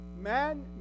Man